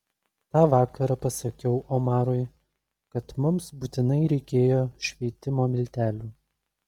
tą vakarą pasakiau omarui kad mums būtinai reikėjo šveitimo miltelių